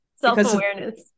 self-awareness